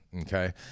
Okay